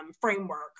framework